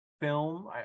film